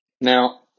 Now